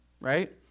right